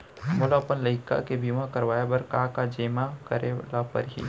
मोला अपन लइका के बीमा करवाए बर का का जेमा करे ल परही?